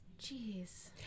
Jeez